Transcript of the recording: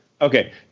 Okay